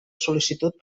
sol·licitud